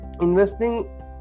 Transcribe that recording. investing